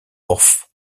hof